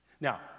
Now